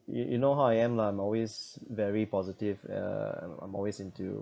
you you know how I am lah I'm always very positive uh I'm I'm always into